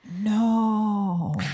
No